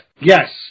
yes